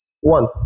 One